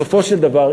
בסופו של דבר,